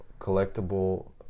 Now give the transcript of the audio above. collectible